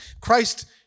Christ